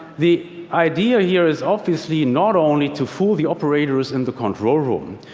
the idea here is obviously not only to fool the operators in the control room.